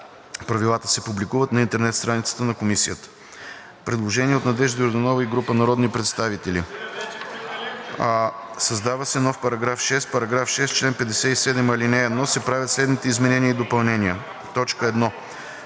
Правилата се публикуват на интернет страницата на комисията.“ Предложение от Надежда Йорданова и група народни представители: Създава се нов § 6: „§ 6. В чл. 57, ал. 1 се правят следните изменения и допълнения: В т.